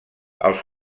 els